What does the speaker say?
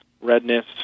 redness